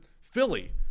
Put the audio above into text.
Philly